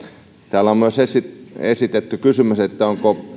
täällä on myös esitetty kysymys onko